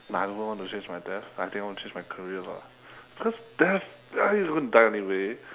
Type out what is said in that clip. no I don't even want to change my death I think I want to change my career lah cause death ya I mean we are going to die anyway